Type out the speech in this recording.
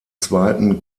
zweiten